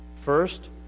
First